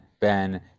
Ben